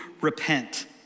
repent